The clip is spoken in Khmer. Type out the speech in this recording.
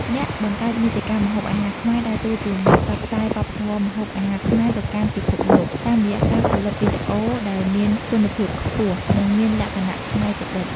អ្នកបង្កើតមាតិកាម្ហូបអាហារខ្មែរដើរតួជាអ្នកផ្សព្វផ្សាយវប្បធម៌ម្ហូបអាហារខ្មែរទៅកាន់ពិភពលោក តាមរយៈការផលិតវីដេអូដែលមានគុណភាពខ្ពស់ និងមានលក្ខណៈច្នៃប្រឌិត។